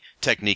technique